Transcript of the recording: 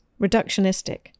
reductionistic